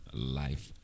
life